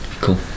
Cool